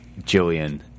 jillian